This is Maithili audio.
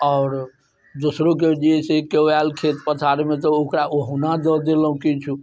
आओर दोसरोके जे है से कोइ आयल खेत पथारमे तऽ ओकरा ओहुना दऽ देलहुँ किछु